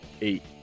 eight